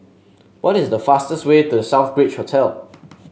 what is the fastest way to The Southbridge Hotel